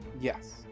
Yes